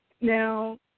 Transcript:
Now